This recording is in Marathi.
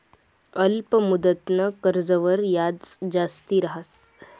अल्प मुदतनं कर्जवर याज जास्ती रहास